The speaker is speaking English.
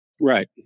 right